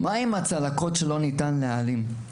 מה עם הצלקות שלא ניתן להעלים?